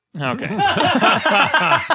Okay